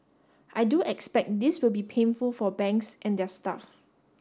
I do expect this will be painful for banks and their staff